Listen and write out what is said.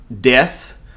death